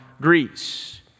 Greece